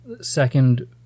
Second